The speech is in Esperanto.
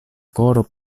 koro